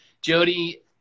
Jody